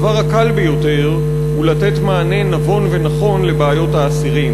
הדבר הקל ביותר הוא לתת מענה נבון ונכון לבעיות האסירים.